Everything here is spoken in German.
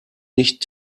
nicht